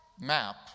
map